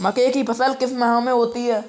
मक्के की फसल किस माह में होती है?